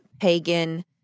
pagan